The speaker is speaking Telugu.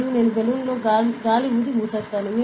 మరియు నేను బెలూన్ను గాలి వూది మూసివేస్తాను